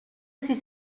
sis